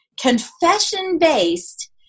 confession-based